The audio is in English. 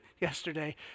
yesterday